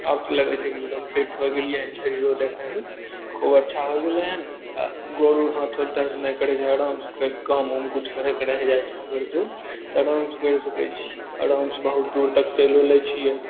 आब तऽ लगय छै की एगदम फिट हो गेलियै हन शरीरो देखयमे खूब अच्छा हो गेलय हन ने आओर गोर उर हाथो दर्द नहि करय रहय आरामसँ काम उम कुछ करयके रहि जाइ छै तऽ आरामसँ करि सकय छियै आरामसँ बहुत दूर तक चलियो लै छियै